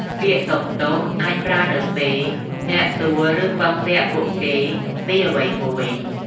ពាក្យ "សុំទោស" អាចប្រើនៅពេលអ្នកសួរឬពឹងពាក់ពួកគេពីអ្វីមួយ។